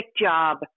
job